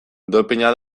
dopina